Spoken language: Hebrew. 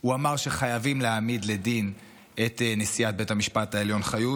הוא אמר שחייבים להעמיד לדין את נשיאת בית המשפט העליון חיות,